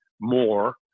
more